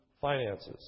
finances